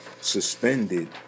suspended